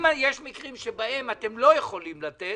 אם יש מקרים שבהם אתם לא יכולים לתת,